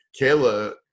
Kayla